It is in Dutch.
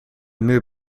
muur